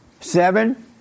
Seven